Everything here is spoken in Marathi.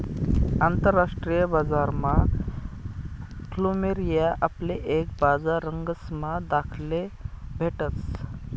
आंतरराष्ट्रीय बजारमा फ्लुमेरिया आपले एक हजार रंगसमा दखाले भेटस